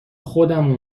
خودم